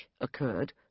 occurred